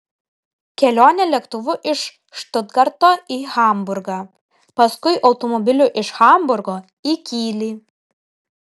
kelionė lėktuvu iš štutgarto į hamburgą paskui automobiliu iš hamburgo į kylį